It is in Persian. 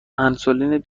انسولین